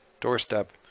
doorstep